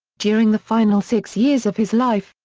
during the final six years of his life,